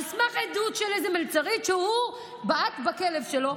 על סמך עדות של איזה מלצרית שהוא בעט בכלב שלו.